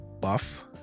buff